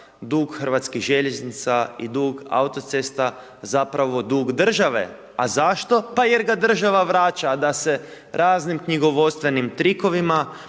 dug hrvatskih željeznica i dug autocesta, zapravo dug države. A zašto? Pa jer ga država vraća, a da se raznim knjigovodstvenim trikovima,